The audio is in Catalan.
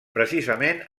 precisament